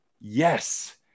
yes